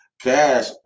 Cash